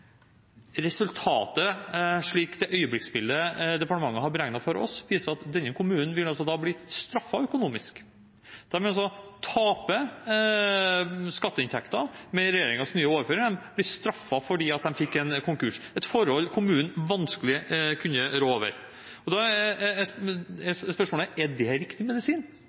Resultatet, ut fra det øyeblikksbildet departementet har beregnet for oss, viser at denne kommunen vil bli straffet økonomisk. De vil altså tape skatteinntekter med regjeringens nye overføring. De blir straffet fordi de fikk en konkurs, et forhold kommunen vanskelig kunne rå over. Da er spørsmålet: Er dette riktig medisin?